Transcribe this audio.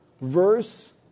Verse